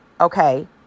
Okay